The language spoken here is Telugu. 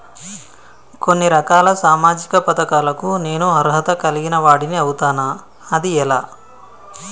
కొన్ని రకాల సామాజిక పథకాలకు నేను అర్హత కలిగిన వాడిని అవుతానా? అది ఎలా?